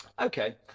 Okay